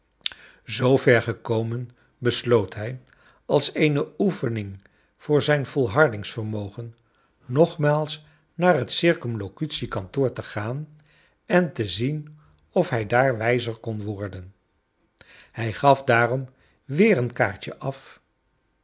zoo ver gekomen besloot hij als eene oefening voor zijn volhardingsvermogen nogmaals naar het c k te gaan en te zien of hij daar wijzer kon worden hij gaf daa rum weer een kaart je af